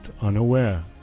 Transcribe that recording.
unaware